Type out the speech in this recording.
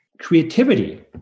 creativity